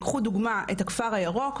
קחו דוגמא את הכפר הירוק,